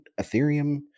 Ethereum